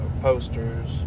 posters